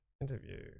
interview